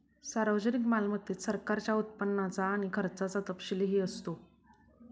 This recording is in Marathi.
सार्वजनिक मालमत्तेत सरकारच्या उत्पन्नाचा आणि खर्चाचा तपशीलही असतो